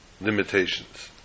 limitations